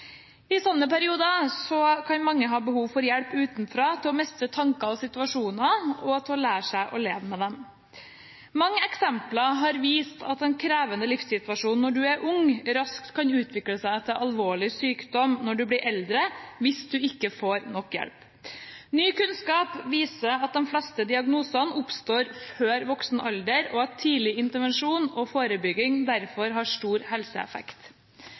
I slike perioder kan mange ha behov for hjelp utenfra til å mestre tanker og situasjoner og til å lære seg å leve med dem. Mange eksempler har vist at en krevende livssituasjon når du er ung, raskt kan utvikle seg til alvorlig sykdom når du blir eldre, hvis du ikke får nok hjelp. Ny kunnskap viser at de fleste diagnosene oppstår før voksen alder, og at tidlig intervensjon og forebygging derfor har stor helseeffekt.